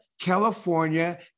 California